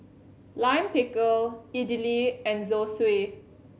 Lime Pickle Idili and Zosui